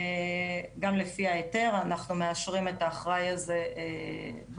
גם לפי ההיתר, אנחנו מאשרים את האחראי הזה ברשות.